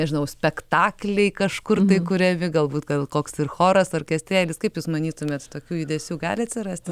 nežinau spektakliai kažkur kuriami galbūt gal koks choras orkestrėlis kaip jūs manytumėt tokių judesių gali atsirasti